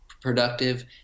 productive